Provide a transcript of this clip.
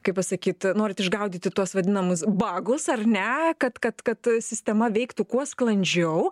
kaip pasakyt norit išgaudyti tuos vadinamus bagus ar ne kad kad kad sistema veiktų kuo sklandžiau